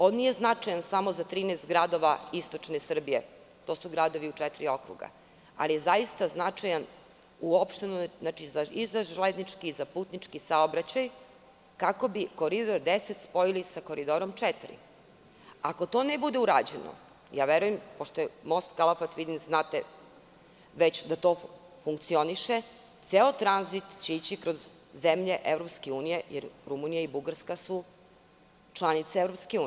On nije značajan samo za 13 gradova istočne Srbije, to su gradovi u četiri okruga, ali je zaista značajan i za železnički i za putnički saobraćaj, kako bi Koridor 10 spojili sa Koridorom 4. Ako to ne bude urađeno, pošto most Kalafat već funkcioniše, ceo tranzit će ići kroz zemlje EU, jer Rumunija i Bugarska su članice EU.